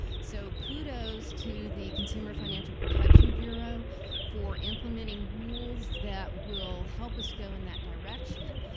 so, kudos to the consumer financial protection bureau for implementing rules that will help us go in that direction.